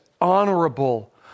honorable